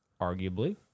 arguably